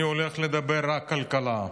אני הולך לדבר רק כלכלה,